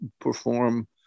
perform